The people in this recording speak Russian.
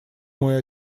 мой